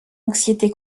anxiété